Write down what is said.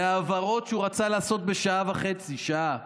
להעברות שהוא רצה לעשות בשעה וחצי, שעה,